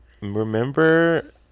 remember